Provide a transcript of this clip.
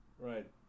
right